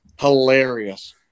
Hilarious